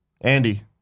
Andy